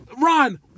Ron